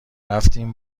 رفتیم